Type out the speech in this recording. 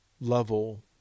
level